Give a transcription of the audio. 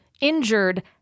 injured